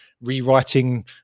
rewriting